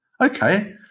Okay